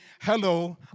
hello